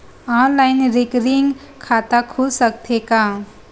Online recurring खाता खुल सकथे का?